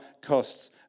costs